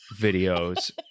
videos